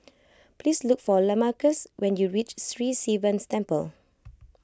please look for Lamarcus when you reach Sri Sivan Temple